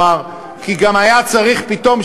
כי גם צריך פתאום,